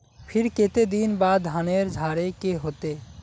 फिर केते दिन बाद धानेर झाड़े के होते?